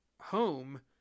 home